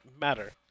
matter